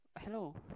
Hello